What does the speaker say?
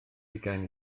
hugain